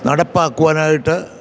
നടപ്പാക്കുവാനായിട്ട്